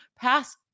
pass